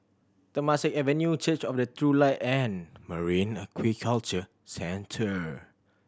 Temasek Avenue Church of the True Light and Marine Aquaculture Centre